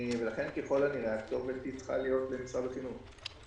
לכן ככל הנראה הכתובת צריכה להיות משרד החינוך.